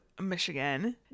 michigan